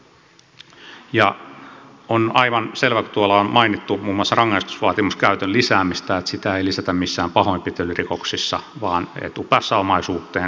ja on aivan selvää kun tuolla on mainittu muun muassa rangaistusvaatimuksen käytön lisääminen että sitä ei lisätä missään pahoinpitelyrikoksissa vaan etupäässä omaisuuteen liittyvissä rikoksissa